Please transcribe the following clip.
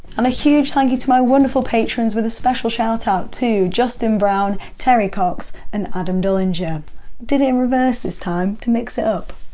and a huge thank you to my wonderful patrons with a special shout out to justin brown, terry ox and adam dullinger. did it in reverse this time to mix it up.